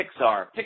Pixar